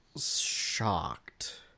shocked